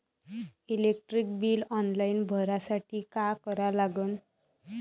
Electric bill online भरासाठी का करा लागन?